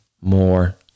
more